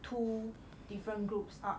two different groups up